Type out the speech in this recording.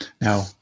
Now